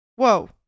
Whoa